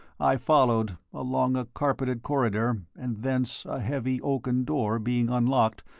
i followed, along a carpeted corridor, and thence, a heavy, oaken door being unlocked,